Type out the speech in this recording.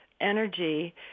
energy